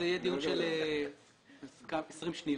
דיון של עשרים שניות.